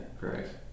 correct